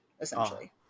essentially